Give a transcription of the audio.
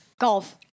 Golf